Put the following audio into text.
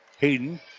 Hayden